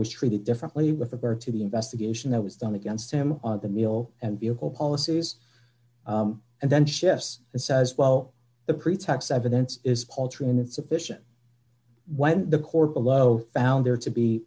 was treated differently with regard to the investigation that was done against him on the meal and vehicle policies and then shifts and says well the pretax evidence is paltry and insufficient when the court below found there to be